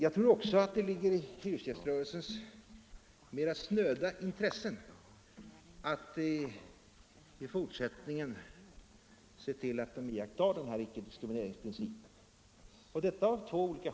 Jag tror också att det ligger i hyresgäströrelsens mera snöda intresse att i fortsättningen se till att den iakttar den här icke-diskriminerande principen. Detta av två skäl.